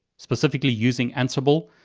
specifically using ansible.